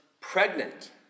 pregnant